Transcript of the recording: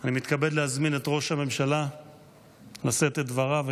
אני מתכבד להזמין את ראש הממשלה לשאת את דבריו.